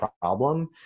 problem